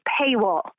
paywall